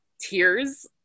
tears